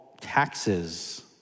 taxes